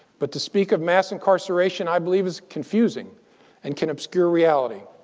but to speak of mass incarceration, i believe, is confusing and can obscure reality.